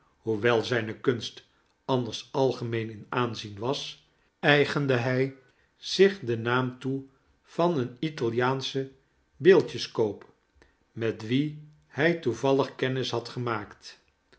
hoewel zijne kunst anders algemeen in aanzien was eigende hij zich den naam toe van een italiaanschen beeldjeskoop met wien hij toevallig kennis had gemaakt